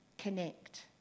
Connect